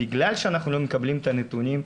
בגלל שאנחנו לא מקבלים את הנתונים,